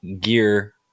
gear